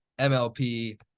MLP